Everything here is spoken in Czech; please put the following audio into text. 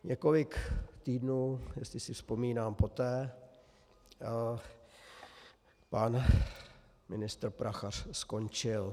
Několik týdnů, jestli si vzpomínám, poté pan ministr Prachař skončil.